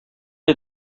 did